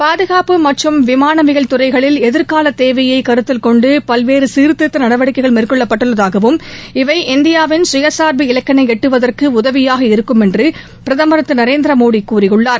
பாதுகாப்பு மற்றும் விமானவியல் துறைகளில் எதிர்கால தேவையை கருத்தில் கொண்டு பல்வேறு சீர்திருத்த நடவடிக்கைகள் மேற்கொள்ளப்பட்டுள்ளதாகவும் இவை இந்தியாவின் சுயசாா்பு இலக்கினை எட்டுவதற்கு உதவியாக இருக்கும் என்று பிரதமர் திரு நரேந்திரமோடி தெரிவித்துள்ளார்